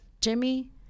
jimmy